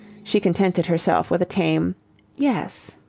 she contented herself with a tame yes.